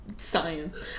Science